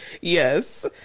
Yes